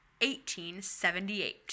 1878